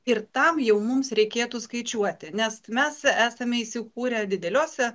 ir tam jau mums reikėtų skaičiuoti nes mes esame įsikūrę dideliuose